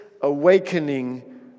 awakening